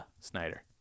Snyder